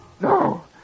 No